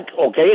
Okay